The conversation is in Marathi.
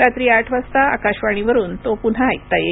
रात्री आठ वाजता आकाशवाणीवरुन तो पुन्हा ऐकता येईल